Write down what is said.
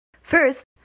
First